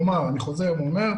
כלומר, אני חוזר ואומר,